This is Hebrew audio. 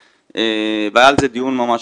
נדייק, והיה על זה דיון שלם ממש.